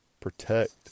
protect